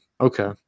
Okay